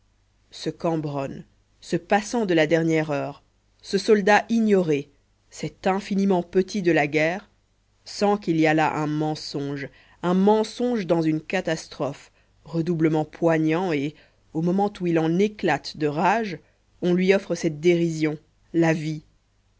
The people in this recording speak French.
ce cambronne ce passant de la dernière heure ce soldat ignoré cet infiniment petit de la guerre sent qu'il y a là un mensonge un mensonge dans une catastrophe redoublement poignant et au moment où il en éclate de rage on lui offre cette dérision la vie